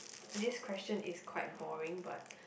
this question is quite boring but